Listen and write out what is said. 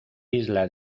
isla